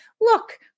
look